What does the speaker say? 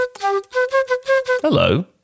Hello